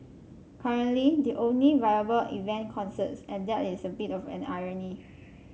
currently the only viable event concerts and that is a bit of an irony